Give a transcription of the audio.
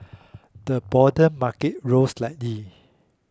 the broader market rose slightly